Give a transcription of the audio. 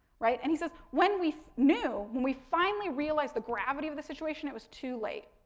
right? and he said, when we knew, when we finally realized the gravity of the situation, it was too late.